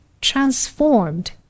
transformed